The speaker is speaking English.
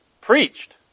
preached